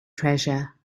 treasure